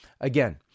Again